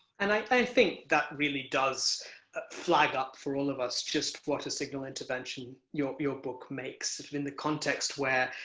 and i think that really does ah flag up, for all of us, just what a signal intervention your your book makes, in the context where,